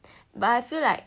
but I feel like